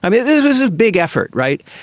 um yeah this was a big effort, right?